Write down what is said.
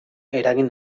eragin